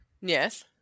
Yes